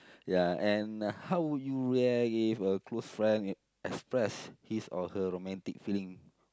ya and how would you react if a close friend express his or her romantic feeling